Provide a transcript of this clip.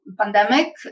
pandemic